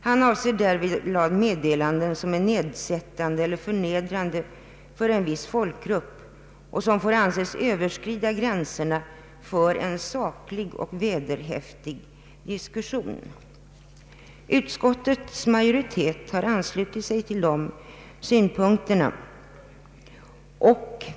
Han avser därvidlag meddelanden, som är nedsättande eller förnedrande för en viss folkgrupp och som får anses överskrida gränserna för en saklig och vederhäftig diskussion. Utskottets majoritet har anslutit sig till departementschefens synpunkter.